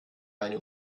eine